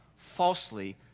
falsely